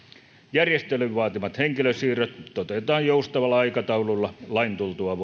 järjestelyn vaatimat henkilösiirrot toteutetaan joustavalla aikataululla lain tultua